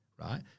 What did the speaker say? Right